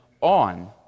on